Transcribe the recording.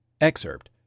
Excerpt